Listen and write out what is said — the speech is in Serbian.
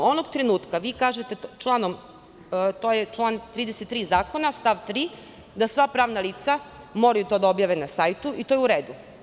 Onog trenutka vi kažete, članom 33. zakona stav 3. da sva pravna lica moraju to da objave na sajtu i to je u redu.